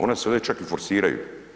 Ona se ovdje čak i forsiraju.